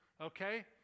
okay